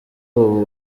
ubu